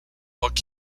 book